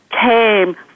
came